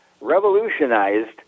revolutionized